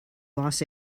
los